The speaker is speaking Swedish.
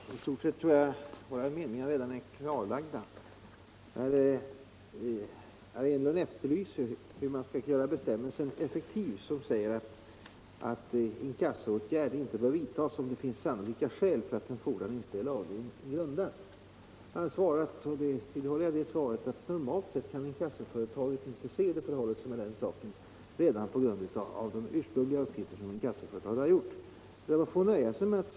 Herr talman! I stort sett tror jag att våra meningar redan är klarlagda. Herr Enlund efterlyser åtgärder som skall göra den bestämmelse effektiv som säger att inkassoåtgärder inte bör vidtas om det finns sannolika skäl för att en fordran inte är lagligen grundad. Jag har svarat, och vidhåller det svaret, att normalt kan inte inkassoföretaget se hur det förhåller sig med den saken på grundval av de ursprungliga uppgifter inkassoföretaget fått.